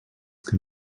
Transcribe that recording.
can